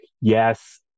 yes